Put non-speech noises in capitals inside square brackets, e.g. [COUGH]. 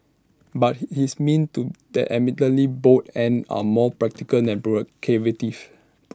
but he his means to that admittedly bold end are more practical than [UNINTELLIGIBLE]